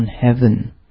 heaven